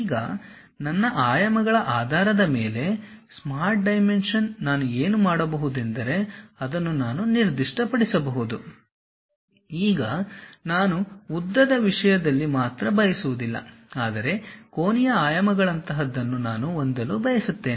ಈಗ ನನ್ನ ಆಯಾಮಗಳ ಆಧಾರದ ಮೇಲೆ ಸ್ಮಾರ್ಟ್ ಡೈಮೆನ್ಷನ್ ನಾನು ಏನು ಮಾಡಬಹುದೆಂದರೆ ಅದನ್ನು ನಾನು ನಿರ್ದಿಷ್ಟಪಡಿಸಬಹುದು ಈಗ ನಾನು ಉದ್ದದ ವಿಷಯದಲ್ಲಿ ಮಾತ್ರ ಬಯಸುವುದಿಲ್ಲ ಆದರೆ ಕೋನೀಯ ಆಯಾಮಗಳಂತಹದನ್ನು ನಾನು ಹೊಂದಲು ಬಯಸುತ್ತೇನೆ